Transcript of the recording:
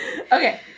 Okay